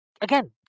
again